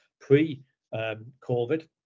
pre-COVID